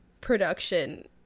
production